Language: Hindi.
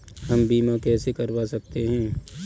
हम बीमा कैसे करवा सकते हैं?